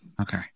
Okay